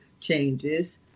changes